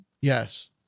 Yes